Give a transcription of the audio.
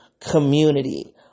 community